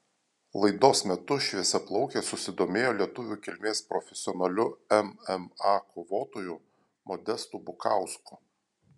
laidos metu šviesiaplaukė susidomėjo lietuvių kilmės profesionaliu mma kovotoju modestu bukausku